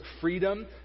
freedom